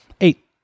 Eight